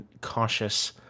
cautious